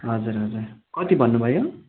हजुर हजुर कति भन्नुभयो